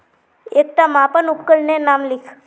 एकटा मापन उपकरनेर नाम लिख?